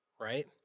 right